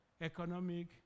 economic